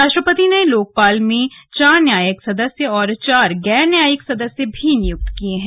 राष्ट्रपति ने लोकपाल में चार न्यायिक सदस्य और चार गैर न्यायिक सदस्य भी नियुक्त किए हैं